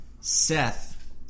Seth